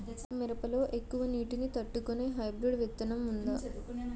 మిరప లో ఎక్కువ నీటి ని తట్టుకునే హైబ్రిడ్ విత్తనం వుందా?